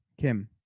Kim